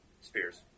spears